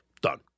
Done